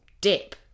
dip